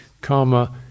Karma